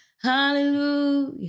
Hallelujah